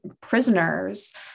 prisoners